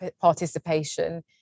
participation